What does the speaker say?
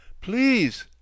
Please